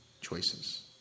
choices